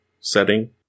setting